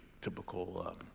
typical